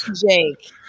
Jake